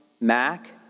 Mac